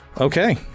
Okay